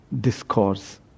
discourse